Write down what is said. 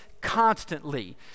constantly